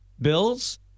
Bills